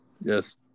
Yes